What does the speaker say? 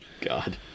God